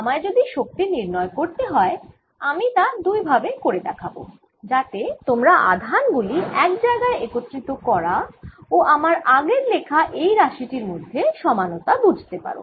আমায় যদি শক্তি নির্ণয় করতে হয় আমি তা দুই ভাবে করে দেখাব যাতে তোমরা আধান গুলি এক জায়গায় একত্রিত করা ও আমার আগের লেখা এই রাশি টির মধ্যে সমানতা বুঝতে পারো